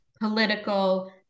political